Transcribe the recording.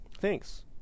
Thanks